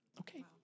Okay